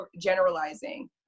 generalizing